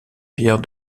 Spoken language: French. pierre